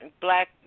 black